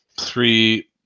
three